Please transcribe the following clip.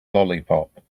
lollipop